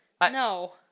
No